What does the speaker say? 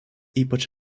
ypač